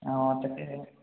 অঁ তাকেহে